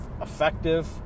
effective